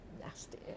Nasty